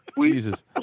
Jesus